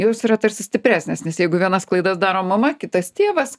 jos yra tarsi stipresnės nes jeigu vienas klaidas daro mama kitas tėvas